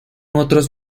otros